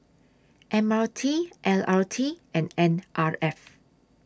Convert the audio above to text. M R T L R T and N R F